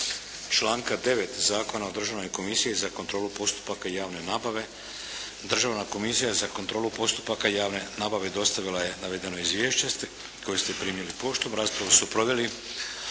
članka 9. Zakona o Državnoj komisiji za kontrolu postupaka javne nabave Državna komisija je za kontrolu postupaka javne nabave dostavila je navedeno izvješće koje ste primili poštom. Raspravu su proveli